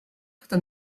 хто